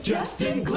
Justin